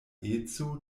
eco